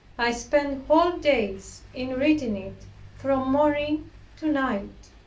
i spent whole days in reading it from morning to night.